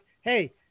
hey